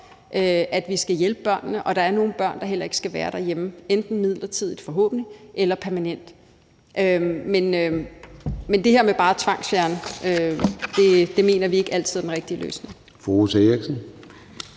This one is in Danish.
at vi skal hjælpe børnene, og at der er nogle børn, der heller ikke skal være derhjemme, enten midlertidigt, forhåbentlig, eller permanent. Men det her med bare at tvangsfjerne mener vi ikke altid er den rigtige løsning. Kl.